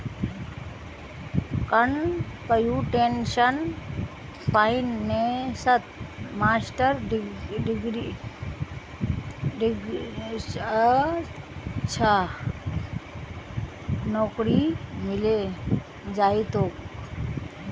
computational फाइनेंसत master degree स अच्छा नौकरी मिले जइ तोक